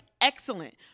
excellent